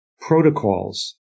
protocols